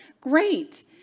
Great